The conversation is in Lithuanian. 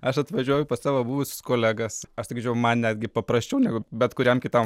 aš atvažiuoju pas savo buvusius kolegas aš sakyčiau man netgi paprasčiau negu bet kuriam kitam